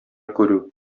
күрү